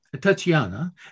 Tatiana